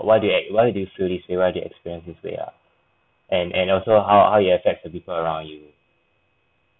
why do act why do you feel this way why do you experience this way ah and and also how how it affects the people around you